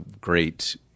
great